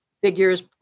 figures